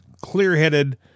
clear-headed